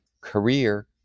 career